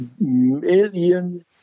million